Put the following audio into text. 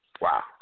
Wow